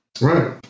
Right